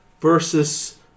versus